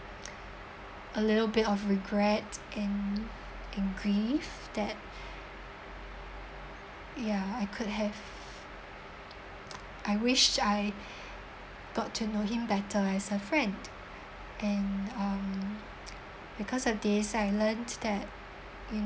a little bit of regret and and grieve that ya I could have I wished I got to know him better as a friend and um because of this I learned that you know